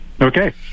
Okay